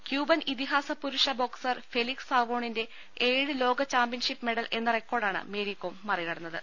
Cuban ഇതി ഹാസ പുരുഷ ബോക്സർ ഫെലിക്സ് സാവോണിന്റെ ഏഴ് ലോക ചാമ്പ്യൻഷിപ്പ് മെഡൽ എന്ന റെക്കോർഡാണ് മേരികോം മറികട ന്നത്